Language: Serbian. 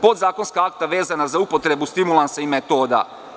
Podzakonska akta vezana za upotrebu stimulansa i metoda.